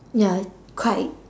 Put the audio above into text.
ya quite